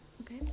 okay